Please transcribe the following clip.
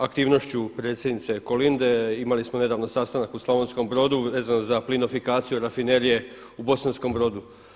Aktivnošću predsjednice Kolinde imali smo nedavno sastanak u Slavonskom Brodu vezano za plinifikaciju Rafinerije u Bosanskom Brodu.